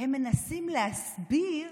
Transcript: הם מנסים להסביר